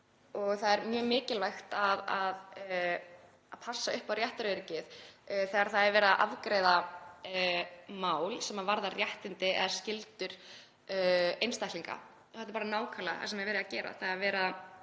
Það er mjög mikilvægt að passa upp á réttaröryggið þegar það er verið að afgreiða mál sem varða réttindi eða skyldur einstaklinga og þetta er bara nákvæmlega það sem er verið að gera, það er verið að